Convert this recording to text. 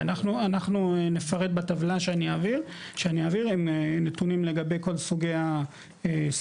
אנחנו נפרט בטבלה שאני אעביר עם נתונים לגבי כל סוגי הסיוע,